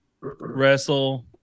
Wrestle